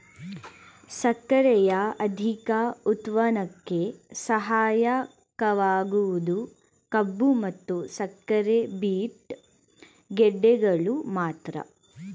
ಸಕ್ಕರೆಯ ಅಧಿಕ ಉತ್ಪನ್ನಕ್ಕೆ ಸಹಾಯಕವಾಗುವುದು ಕಬ್ಬು ಮತ್ತು ಸಕ್ಕರೆ ಬೀಟ್ ಗೆಡ್ಡೆಗಳು ಮಾತ್ರ